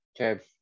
Okay